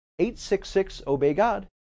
866-Obey-God